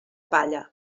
palla